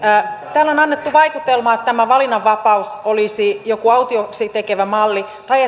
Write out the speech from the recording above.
täällä on annettu vaikutelma että tämä valinnanvapaus olisi joku autuaaksi tekevä malli tai